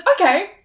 okay